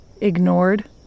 ignored